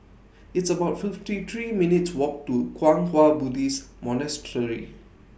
It's about fifty three minutes' Walk to Kwang Hua Buddhist Monastery